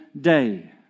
day